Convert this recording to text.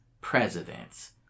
presidents